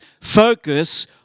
Focus